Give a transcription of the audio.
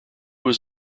was